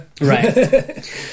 Right